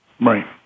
Right